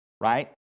right